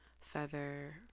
feather